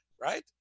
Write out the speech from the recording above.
right